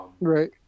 Right